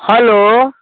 hello